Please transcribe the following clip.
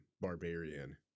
barbarian